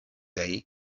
day